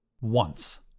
Once